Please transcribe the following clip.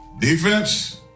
Defense